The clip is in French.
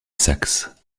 saxe